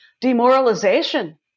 demoralization